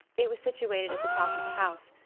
it was situated at the top of the house,